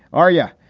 ah, yeah.